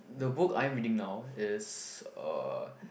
the book I'm reading now is uh